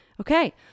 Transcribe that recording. Okay